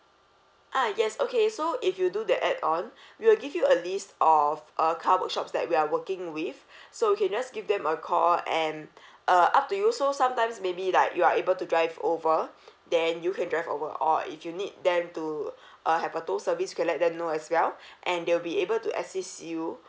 ah yes okay so if you do that add on we will give you a list of uh car workshops that we are working with so you can just give them a call and uh up to you so sometimes maybe like you are able to drive over then you can drive over or if you need them to uh have a tow service you can let them know as well and they will be able to assist you